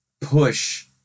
push